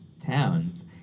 towns